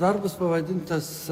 darbas pavadintas